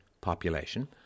population